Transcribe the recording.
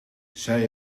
zij